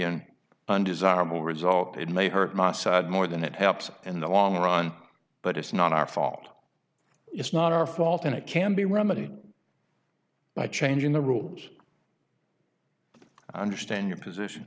an undesirable result it may hurt my side more than it helps in the long run but it's not our fault it's not our fault and it can be remedied by changing the rules i understand your position